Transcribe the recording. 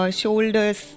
shoulders